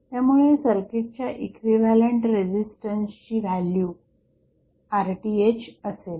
त्यामुळे सर्किटच्या इक्विव्हॅलंट रेझिस्टन्सची व्हॅल्यू RThअसेल